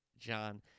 John